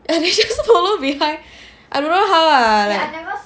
ya they just follow behind I don't know how lah